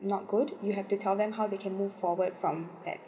not good you have to tell them how they can move forward from